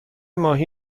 ماهی